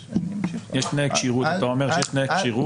אתה אומר שיש תנאי כשירות.